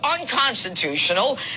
unconstitutional